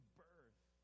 birth